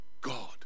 God